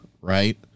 Right